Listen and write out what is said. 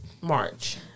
March